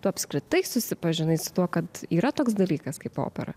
tu apskritai susipažinai su tuo kad yra toks dalykas kaip opera